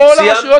מה זה הדבר הזה?